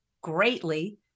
greatly